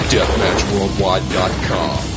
Deathmatchworldwide.com